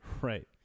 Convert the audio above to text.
Right